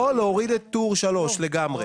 או להוריד את טור 3 לגמרי.